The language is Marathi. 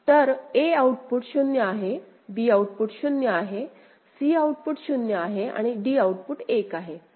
तर a आउटपुट 0 आहे b आउटपुट 0 आहे c आउटपुट 0 आहे आणि d आउटपुट 1 आहे ठीक